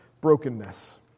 brokenness